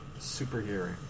superhero